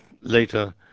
later